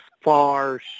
far